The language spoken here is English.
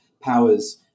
powers